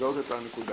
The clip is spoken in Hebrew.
לזהות את הנקודה,